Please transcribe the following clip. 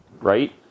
right